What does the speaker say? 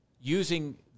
using